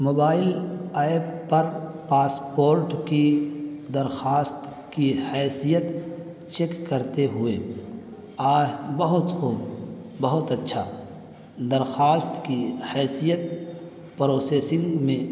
mobile app پر passport کی درخواست کی حیثیت چیک کرتے ہوئے آہ بہت خوب بہت اچھا درخواست کی حیثیت پروسیسنگ میں